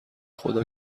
خدا